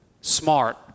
smart